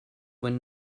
when